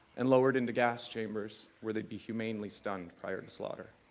and lowered into gas chambers where they'd be humanely stunned prior to slaughter.